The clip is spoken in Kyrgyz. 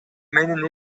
менин